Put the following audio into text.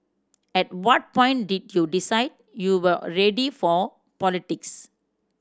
at what point did you decide you were ready for politics